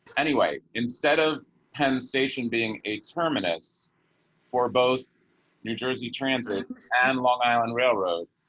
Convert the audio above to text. anyway, instead of penn station, being a terminus for both new jersey transit and long island railroad.